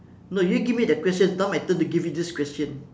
no you give me the question now my turn to give you this question